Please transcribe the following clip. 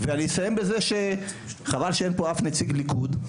אני אסיים בזה שחבל שאין פה אף נציג מהליכוד,